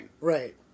right